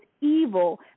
evil